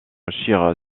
scheer